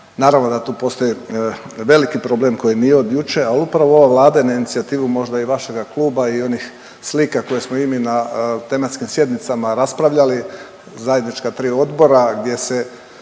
Naravno da tu postoji veliki problem koji nije od jučer, a upravo ova Vlada na inicijativu, možda i vašega kluba i onih slika koje smo i mi na tematskim sjednicama raspravljali zajednička tri odbora gdje se